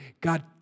God